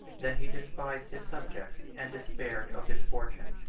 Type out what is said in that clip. than he despised his subjects, and despaired of his fortune.